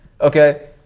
Okay